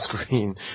screen